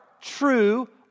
true